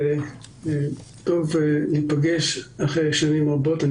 טוב להיפגש אחרי שנים רבות,